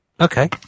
Okay